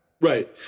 Right